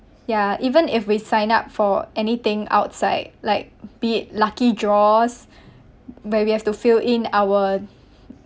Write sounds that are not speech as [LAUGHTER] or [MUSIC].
ya even if we sign up for anything outside like be it lucky draws [BREATH] where we have to fill in our